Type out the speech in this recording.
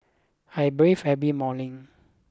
I breathe every morning